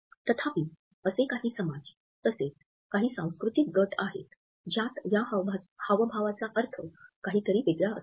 तथापि असे काही समाज तसेच काही सांस्कृतिक गट आहेत ज्यात या हावभावाचा अर्थ काहीतरी वेगळा असतो